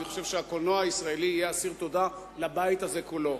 אני חושב שהקולנוע הישראלי יהיה אסיר תודה לבית הזה כולו.